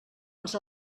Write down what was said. els